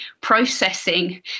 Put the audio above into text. processing